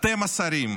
אתם השרים,